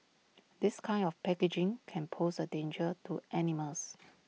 this kind of packaging can pose A danger to animals